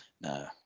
No